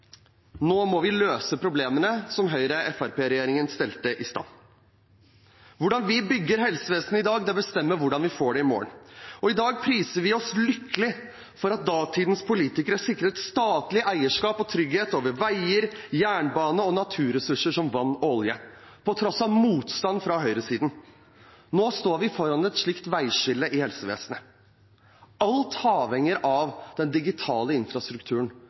nå må vi løse problemene som Høyre–Fremskrittsparti-regjeringen stelte i stand. Hvordan vi bygger helsevesenet i dag, bestemmer hvordan vi får det i morgen. I dag priser vi oss lykkelige over at datidens politikere sikret statlig eierskap og trygghet over veier, jernbane og naturressurser som vann og olje – på tross av motstand fra høyresiden. Nå står vi foran et slikt veiskille i helsevesenet. Alt avhenger av den digitale infrastrukturen.